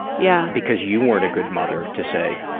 yeah because you weren't a good mother to say,